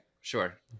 sure